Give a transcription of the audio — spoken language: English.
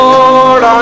Lord